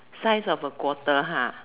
size of a quarter !huh!